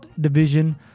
Division